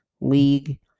League